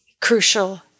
crucial